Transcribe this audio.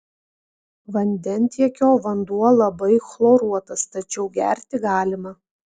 vandentiekio vanduo labai chloruotas tačiau gerti galima